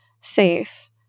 safe